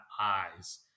eyes